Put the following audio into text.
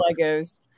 Legos